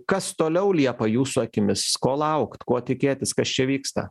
kas toliau liepa jūsų akimis ko laukt ko tikėtis kas čia vyksta